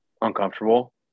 uncomfortable